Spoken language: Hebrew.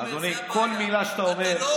אדוני, כל מילה שאתה אומר,